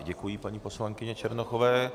Děkuji paní poslankyni Černochové.